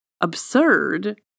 absurd